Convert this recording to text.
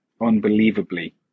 unbelievably